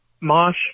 Mosh